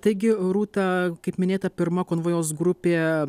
taigi rūta kaip minėta pirma konvojaus grupė